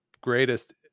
greatest